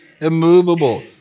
Immovable